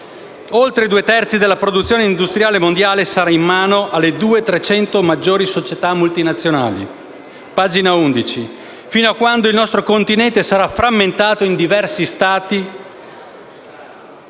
oltre due terzi della produzione industriale mondiale sarà in mano alle 200/300 maggiori società multinazionali». A pagina 11: «Fino a quando il nostro Continente sarà frammentato in diversi Stati,